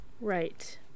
right